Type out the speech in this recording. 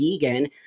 vegan